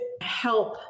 help